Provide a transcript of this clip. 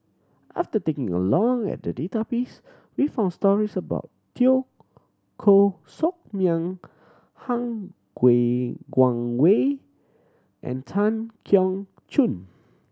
after taking a long at the database we found stories about Teo Koh Sock Miang Han Guangwei and Tan Keong Choon